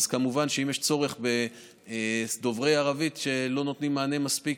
כמובן שאם יש צורך בדוברי ערבית ולא נותנים מענה מספיק